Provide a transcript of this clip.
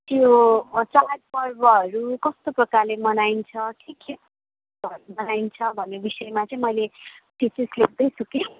त्यो चाडपर्वहरू कस्तो प्रकारले मनाइन्छ के केहरू मनाइन्छ भन्ने विषयमा चाहिँ मैले थेसिस लेख्दैछु कि